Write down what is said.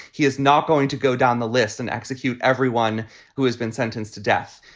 he is not going to go down the list and execute everyone who has been sentenced to death.